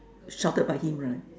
shouted by him right